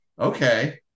Okay